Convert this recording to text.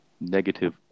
negative